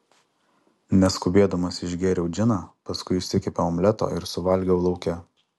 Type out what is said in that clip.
neskubėdamas išgėriau džiną paskui išsikepiau omleto ir suvalgiau lauke